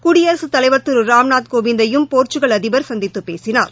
குடியரசுத் தலைவர் திரு ராம்நாத் கோவிந்தையும் போர்ச்சுக்கல் அதிபர் சந்தித்து பேசினார்